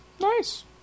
Nice